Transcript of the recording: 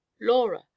laura